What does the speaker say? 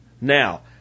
Now